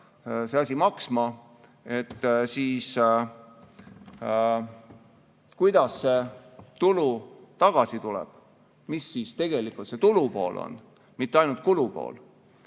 see asi maksma, siis kuidas tulu tagasi tuleb. Mis siis tegelikult see tulupool on, mitte ainult kulupool.